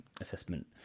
assessment